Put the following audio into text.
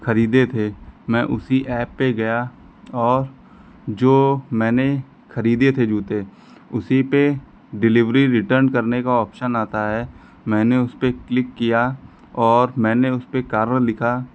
खरीदे थे मैं उसी ऐप पे गया और जो मैंने खरीदे थे जूते उसी पे डिलीवरी रिटर्न करने का ऑप्शन आता है मैंने उसपे क्लिक किया और मैंने उसपे कारण लिखा